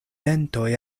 dentoj